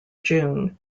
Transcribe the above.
june